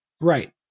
right